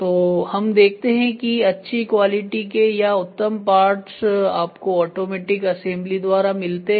तो हम देखते हैं कि अच्छी क्वालिटी के या उत्तम पार्ट्स आपको आटोमेटिक असेंबली द्वारा मिलते हैं